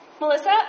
Melissa